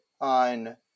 on